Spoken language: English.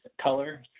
color